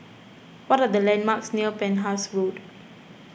what are the landmarks near Penhas Road